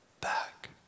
back